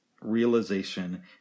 realization